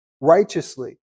righteously